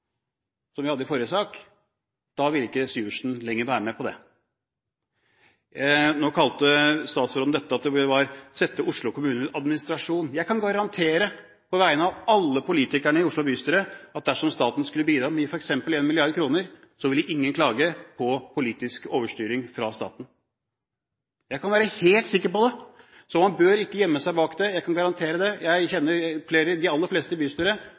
som vi hadde i forrige sak – ville ikke Syversen lenger være med på det. Nå kalte statsråden dette å sette Oslo kommune under administrasjon. Jeg kan garantere på vegne av alle politikerne i Oslo bystyre at dersom staten skulle bidra ved å gi f.eks. 1 mrd. kr, ville ingen klage på politisk overstyring fra staten. Det kan man være helt sikker på, så man bør ikke gjemme seg bak det. Jeg kan garantere det. Jeg kjenner de aller fleste